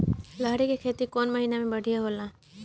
लहरी के खेती कौन महीना में बढ़िया होला?